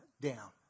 down